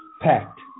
packed